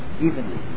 evenly